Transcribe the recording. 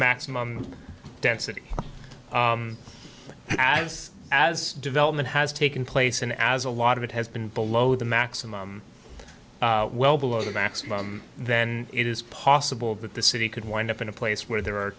maximum density as as development has taken place and as a lot of it has been below the maximum well below the maximum then it is possible that the city could wind up in a place where there are